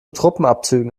truppenabzügen